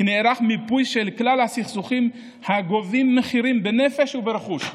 כי נערך מיפוי של כלל הסכסוכים הגובים מחירים בנפש וברכוש.